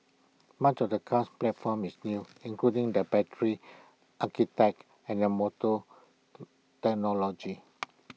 much of the car's platform is new including the battery architect and motor technology